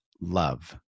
love